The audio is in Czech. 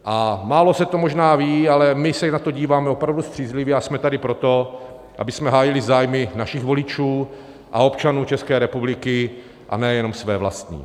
A málo se to možná ví, ale my se na to díváme opravdu střízlivě, a jsme tady proto, abychom hájili zájmy našich voličů a občanů České republiky a nejenom své vlastní.